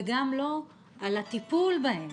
וגם לא על הטיפול בהם,